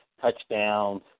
touchdowns